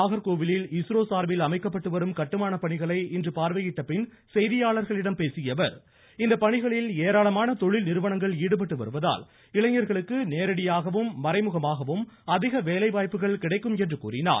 நாகர்கோவிலில் இஸ்ரோ சார்பில் அமைக்கப்பட்டுவரும் கட்டுமான பணிகளை இன்று பார்வையிட்டபின் செய்தியாளர்களிடம் பேசியஅவர் இந்த பணிகளில் ஏராளமான தொழில்நிறுவனங்கள் இளைஞ்களுக்கு நேரடியாகவும் மறைமுகமாகவும் அதிக வேலைவாய்ப்புகள் கிடைக்கும் என்று கூறினார்